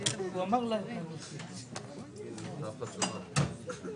לגבי מפוני גוש קטיף,